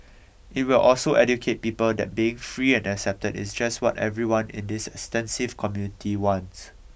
it will also educate people that being free and accepted is just what everyone in this extensive community wants